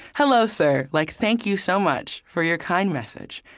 hello, sir, like thank you so much for your kind message.